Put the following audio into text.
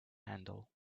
handle